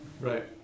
Right